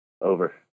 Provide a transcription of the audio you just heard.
Over